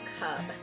Hub